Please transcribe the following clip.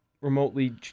remotely